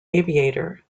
aviator